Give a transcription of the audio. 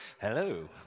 Hello